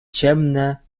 ciemne